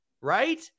right